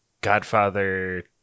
Godfather